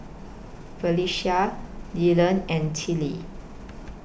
Felecia Dylan and Tillie